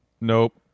Nope